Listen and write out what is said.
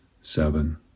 seven